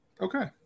Okay